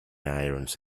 irons